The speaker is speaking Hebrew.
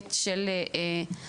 בהיבט של החברה,